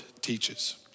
teaches